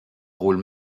rôle